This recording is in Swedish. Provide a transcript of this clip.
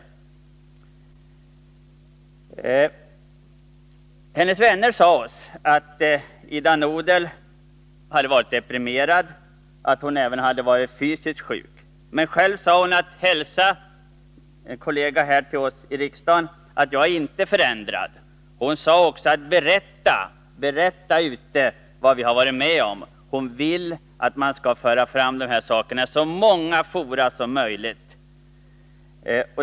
Ida Nudels vänner sade oss att hon hade varit deprimerad och även fysiskt sjuk, men själv sade hon — och det gällde en kollega till oss här i riksdagen: Hälsa att jag inte är förändrad! Hon sade också att vi skulle berätta om vad hon varit med om. Hon vill att man skall föra fram detta i så många fora som möjligt.